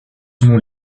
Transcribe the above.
selon